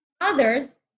others